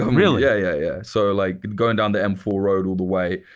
um really? yeah. so like, going down the m four road all the way.